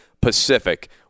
Pacific